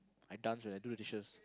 I dance when I do the dishes